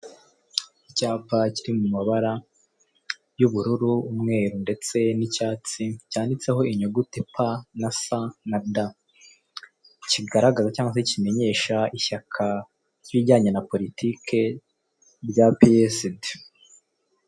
Icyapa kiri mu mabara y'ubururu umweru ndetse n'icyatsi, cyanditseho inyuguti pa na sa na da kigaragara cyangwa se kimenyesha ishyaka ry'ibijyanye na politiki rya Peside.